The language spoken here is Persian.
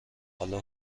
حالا